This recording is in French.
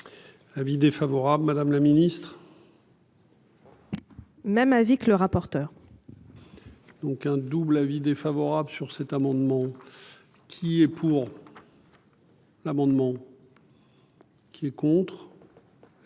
Avis défavorable. Madame la ministre. Même avis que le rapporteur. Donc un double avis défavorable sur cet amendement. Qui est pour. L'amendement. Qui est contre.